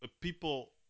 people